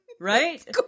right